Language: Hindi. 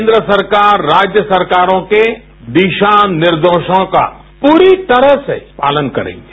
केन्द्र सरकार राज्य सरकार के दिशा निर्देशों का पूरी तरह से पालन करेंगे